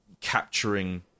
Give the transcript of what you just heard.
capturing